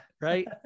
right